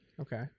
Okay